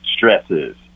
stresses